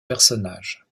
personnages